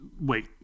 wait